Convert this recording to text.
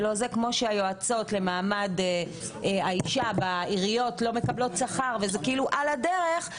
כמו שהיועצות למעמד האישה בעיריות לא מקבלות שכר וזה כאילו "על הדרך"